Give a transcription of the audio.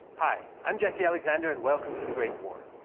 hi, i'm jesse alexander and welcome to the great war.